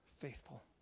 faithful